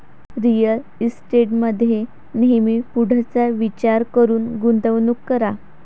real इस्टेटमध्ये नेहमी पुढचा विचार करून गुंतवणूक करा